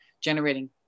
generating